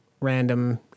random